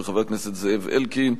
וחבר הכנסת זאב אלקין,